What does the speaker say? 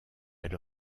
elle